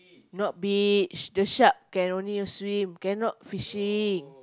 not beach the shark can only swim cannot fishing